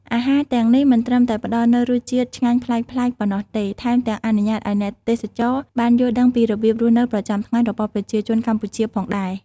អាហារទាំងនេះមិនត្រឹមតែផ្តល់នូវរសជាតិឆ្ងាញ់ប្លែកៗប៉ុណ្ណោះទេ ថែមទាំងអនុញ្ញាតឱ្យអ្នកទេសចរបានយល់ដឹងពីរបៀបរស់នៅប្រចាំថ្ងៃរបស់ប្រជាជនកម្ពុជាផងដែរ។